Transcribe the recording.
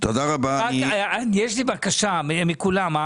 יש לי בקשה מכולם.